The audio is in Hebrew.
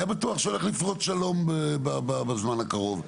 היה בטוח שהולך לפרוץ שלום בזמן הקרוב.